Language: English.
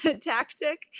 tactic